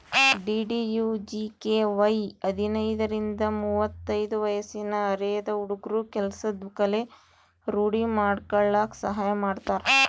DDUGKY ಹದಿನೈದರಿಂದ ಮುವತ್ತೈದು ವಯ್ಸಿನ ಅರೆದ ಹುಡ್ಗುರ ಕೆಲ್ಸದ್ ಕಲೆ ರೂಡಿ ಮಾಡ್ಕಲಕ್ ಸಹಾಯ ಮಾಡ್ತಾರ